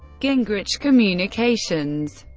gingrich communications